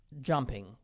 jumping